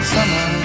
Summer